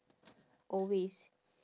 always